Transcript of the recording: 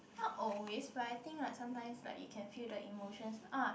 not always but I think like sometimes like you can feel the emotions ah